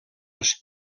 les